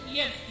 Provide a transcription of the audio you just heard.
yes